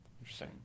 Interesting